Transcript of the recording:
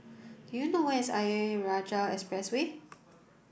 do you know where is Ayer Rajah Expressway